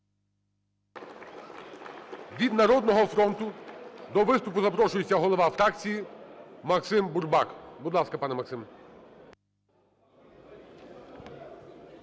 Від "Народного фронту" до виступу запрошується голова фракції Максим Бурбак. Будь ласка, пане Максим.